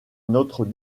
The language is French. notre